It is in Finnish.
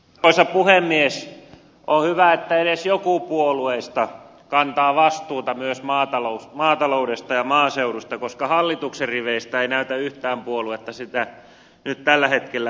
on hyvä että edes joku puolueista kantaa vastuuta myös maataloudesta ja maaseudusta koska hallituksen riveistä ei näytä yhtään puoluetta sitä nyt tällä hetkellä tekevän